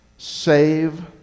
save